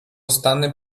stany